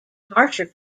harsher